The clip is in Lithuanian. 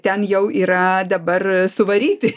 ten jau yra dabar suvaryti